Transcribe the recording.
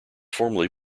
formerly